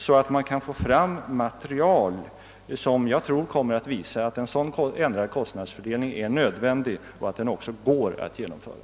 Det material som då kommer fram tror jag skall visa att en ändrad kostnadsfördelning är nödvändig och går att genomföra.